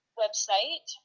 website